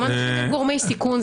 גם אנשים עם גורמי סיכון,